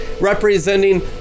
representing